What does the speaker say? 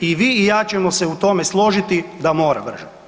I vi i ja ćemo se u tome složiti da mora brže.